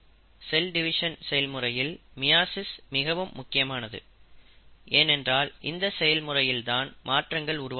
செல் division செயல்முறையில் meiosis மிகவும் முக்கியமானது ஏனென்றால் இந்த செயல்முறையினால் தான் மாற்றங்கள் உருவாகிறது